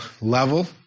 level